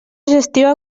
gestió